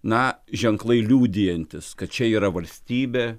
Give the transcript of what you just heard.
na ženklai liudijantys kad čia yra valstybė